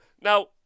Now